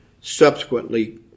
subsequently